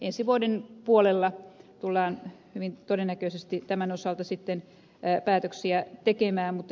ensi vuoden puolella tullaan hyvin todennäköisesti tämän osalta päätöksiä tekemään